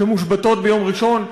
שמושבתות ביום ראשון.